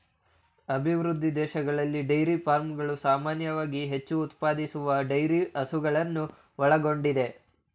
ಅಭಿವೃದ್ಧಿ ದೇಶದಲ್ಲಿ ಡೈರಿ ಫಾರ್ಮ್ಗಳು ಸಾಮಾನ್ಯವಾಗಿ ಹೆಚ್ಚು ಉತ್ಪಾದಿಸುವ ಡೈರಿ ಹಸುಗಳನ್ನು ಒಳಗೊಂಡಿದೆ